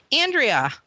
Andrea